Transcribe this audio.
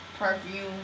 perfume